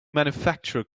manufacturer